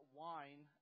wine